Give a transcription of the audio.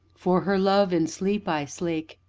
for her love, in sleep i slake,